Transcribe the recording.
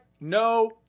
No